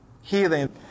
healing